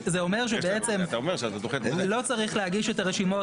זה אומר שבעצם לא צריך להגיש את הרשימות